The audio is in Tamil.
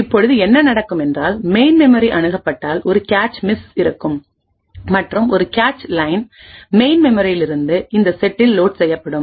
இப்பொழுது என்ன நடக்கும் என்றால்மெயின் மெமரி அணுகப்பட்டால் ஒரு கேச் மிஸ் இருக்கும் மற்றும் ஒரு கேச் லைன் மெயின் மெமரியிலிருந்து இந்த செட்டில் லோட் செய்யப்படும்